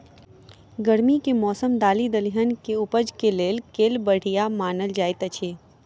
गर्मी केँ मौसम दालि दलहन केँ उपज केँ लेल केल बढ़िया मानल जाइत अछि?